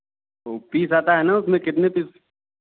वह पीस आता है ना उसमें कितने पीस